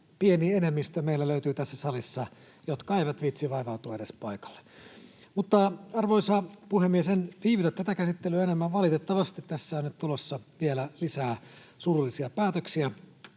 pieni enemmistö löytyy niitä, jotka eivät viitsi vaivautua edes paikalle. Mutta, arvoisa puhemies, en viivytä tätä käsittelyä enempää. Valitettavasti tässä on nyt tulossa vielä lisää surullisia päätöksiä